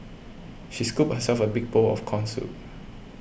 she scooped herself a big bowl of Corn Soup